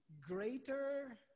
greater